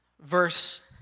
verse